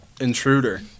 Intruder